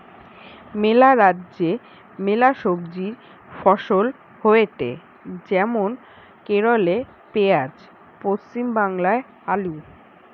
ম্যালা রাজ্যে ম্যালা সবজি ফসল হয়টে যেমন কেরালে পেঁয়াজ, পশ্চিম বাংলায় আলু